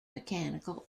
mechanical